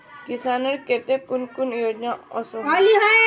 किसानेर केते कुन कुन योजना ओसोहो?